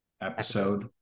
episode